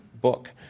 book